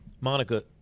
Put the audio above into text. Monica